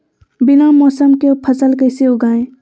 बिना मौसम के फसल कैसे उगाएं?